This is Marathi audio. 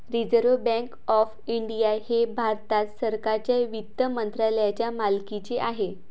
रिझर्व्ह बँक ऑफ इंडिया हे भारत सरकारच्या वित्त मंत्रालयाच्या मालकीचे आहे